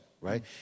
right